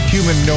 Human